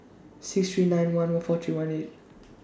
six three nine one O four three one eight